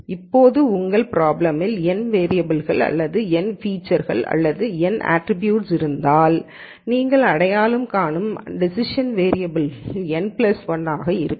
இப்போது உங்கள் பிராப்ளமில் n வேரியபல்கள் அல்லது n ஃபீச்சர்ஸ் அல்லது n அற்றிபுட்ஸ் இருந்தால் நீங்கள் அடையாளம் காணும் டேசிஷன் வேரியபல்கள் n 1 ஆகும்